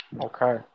Okay